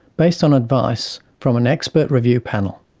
based on advice from an expert review panel.